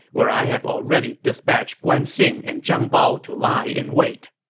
where i have already dispatched guan xing and zhang bao to lie in wait.